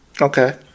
okay